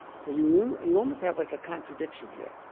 so you you almost have like a contradiction here.